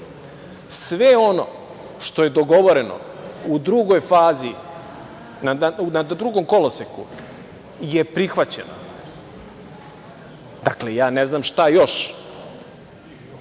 Sve ono što je dogovoreno u drugoj fazi, na drugom koloseku, je prihvaćeno. Ja ne znam šta još?